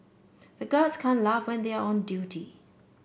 the guards can't laugh when they are on duty